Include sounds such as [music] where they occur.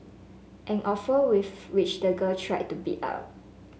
an offer [unintelligible] which the girl tried to beat up